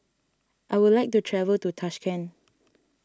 I would like to travel to Tashkent